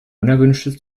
unerwünschtes